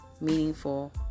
meaningful